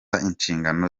inshingano